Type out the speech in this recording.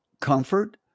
comfort